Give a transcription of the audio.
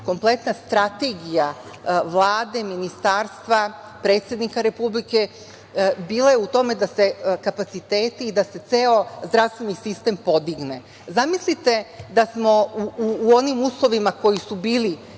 kompletna strategija Vlade, ministarstva, predsednika Republike, bila je u tome da se kapaciteti, da se ceo zdravstveni sistem podigne. Zamislite da smo u onim uslovima koji su bili